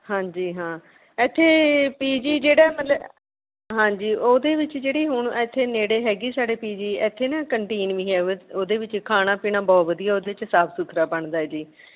ਹਾਂਜੀ ਹਾਂ ਇੱਥੇ ਪੀ ਜੀ ਜਿਹੜਾ ਮਤਲਬ ਹਾਂਜੀ ਉਹਦੇ ਵਿੱਚ ਜਿਹੜੀ ਹੁਣ ਇੱਥੇ ਨੇੜੇ ਹੈਗੀ ਸਾਡੇ ਪੀ ਜੀ ਇੱਥੇ ਨਾ ਕੰਟੀਨ ਨਹੀਂ ਹੈ ਉਹ ਉਹਦੇ ਵਿੱਚ ਖਾਣਾ ਪੀਣਾ ਬਹੁਤ ਵਧੀਆ ਉਹਦੇ 'ਚ ਸਾਫ ਸੁਥਰਾ ਬਣਦਾ ਹੈ ਜੀ